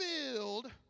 filled